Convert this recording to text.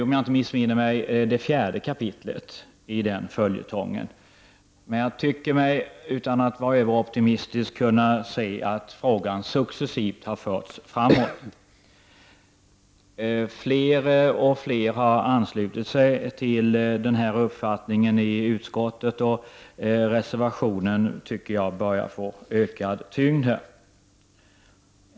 Om jag inte missminner mig skrivs nu det fjärde kapitlet. Utan att vara överoptimistisk tycker jag mig se att frågan successivt har förts framåt. Fler och fler har anslutit sig till denna uppfattning i utskottet, och reservationen har börjat få ökad tyngd.